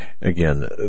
Again